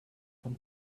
von